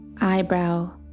Eyebrow